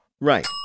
Right